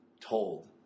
told